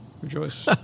Rejoice